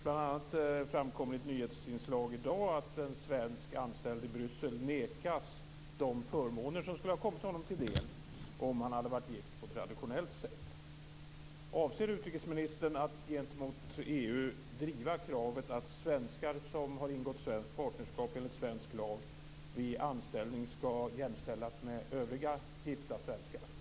Bl.a. framkom vid ett nyhetsinslag i dag att en svensk anställd i Bryssel nekas de förmåner som kommit honom till del om han hade varit gift på traditionellt sätt. Avser utrikesministern att gentemot EU driva kravet att svenskar som har ingått svenskt partnerskap enligt svensk lag vid anställning skall jämställas med övriga gifta svenskar?